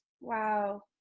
wow